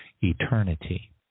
eternity